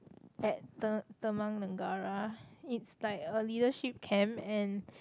at T~ Taman-Negara it's like a leadership camp and